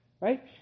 right